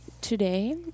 today